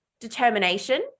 determination